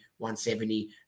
170